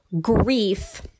grief